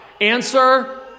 Answer